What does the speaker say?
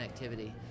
connectivity